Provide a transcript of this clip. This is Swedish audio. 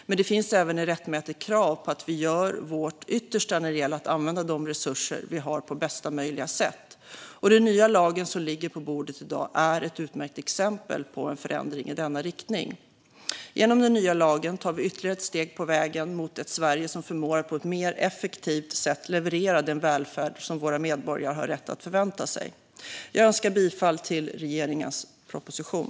Men det finns även ett rättmätigt krav på att vi ska göra vårt yttersta när det gäller att använda de resurser vi har på bästa sätt. Den nya lag som ligger på bordet i dag är ett utmärkt exempel på en förändring i denna riktning. Genom den nya lagen tar vi ytterligare ett steg på vägen mot ett Sverige som förmår att på ett mer effektivt sätt leverera den välfärd som våra medborgare har rätt att förvänta sig. Jag yrkar bifall till regeringens proposition.